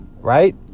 Right